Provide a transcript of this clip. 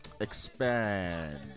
expand